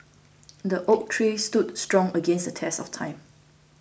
the oak tree stood strong against the test of time